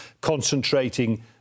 concentrating